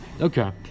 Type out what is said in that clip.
Okay